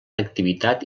activitat